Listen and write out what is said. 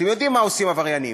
אתם יודעים מה עושים עבריינים?